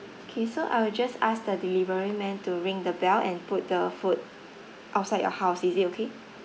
K so I will just ask the delivery man to ring the bell and put the food outside your house is it okay